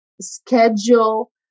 schedule